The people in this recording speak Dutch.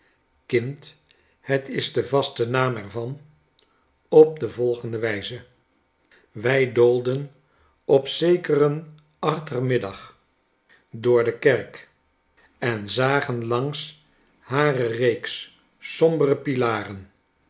op de volgende wijze wij doolden op zekeren achtermiddag door de kerk en zagen langs hare reeks sombere pilaren